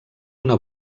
una